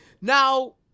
Now